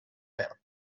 verd